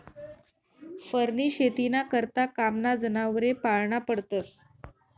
फरनी शेतीना करता कामना जनावरे पाळना पडतस